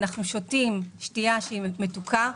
כשאנחנו שותים שתייה מתוקה,